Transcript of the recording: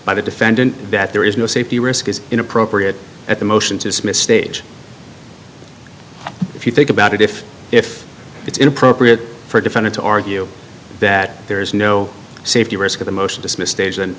by the defendant that there is no safety risk is inappropriate at the motion to dismiss stage if you think about it if if it's inappropriate for a defendant to argue that there is no safety risk of the most dismissed agent